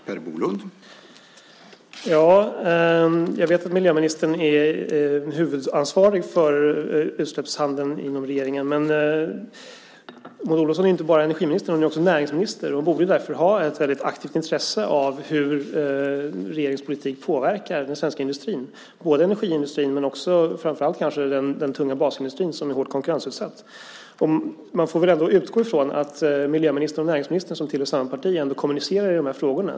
Herr talman! Jag vet att miljöministern är huvudansvarig för utsläppshandeln i regeringen. Men Maud Olofsson är inte bara energiminister, hon är också näringsminister. Hon borde därför ha ett aktivt intresse av hur regeringens politik påverkar den svenska industrin, både energiindustrin och framför allt den hårt konkurrensutsatta tunga basindustrin. Man får väl ändå utgå från att miljöministern och näringsministern, som tillhör samma parti, kommunicerar i frågorna.